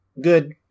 good